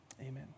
Amen